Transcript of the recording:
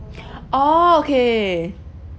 oh okay